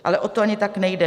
Ale o to ani tak nejde.